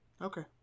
okay